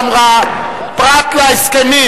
אמרה: פרט להסכמים